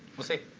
we'll see.